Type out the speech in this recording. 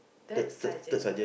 third Sergeant